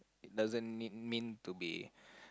doesn't mean mean to be